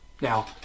Now